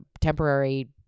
temporary